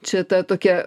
čia ta tokia